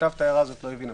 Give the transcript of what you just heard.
ההערה הזאת לא הבין.